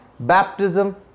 Baptism